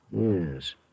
Yes